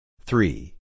Three